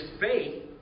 faith